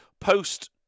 post